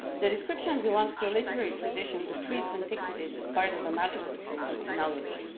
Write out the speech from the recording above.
the description belongs to a literary tradition that treats antiquities as part of a magical system of knowledge.